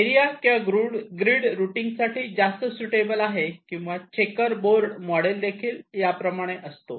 हे एरिया किंवा grid routing साठी जास्त सुटेबल आहे किंवा चेकर बोर्ड मॉडेल देखील याप्रमाणे असतो